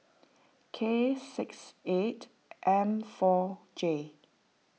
K six eight M four J